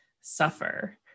suffer